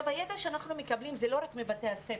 הידע שאנחנו מקבלים זה לא רק מבתי הספר,